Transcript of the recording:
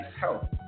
health